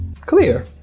Clear